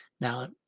Now